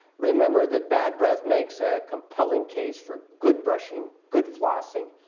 remember that bad breath makes a compelling case for good brushing, good flossing,